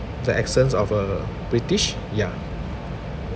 the accents of a british ya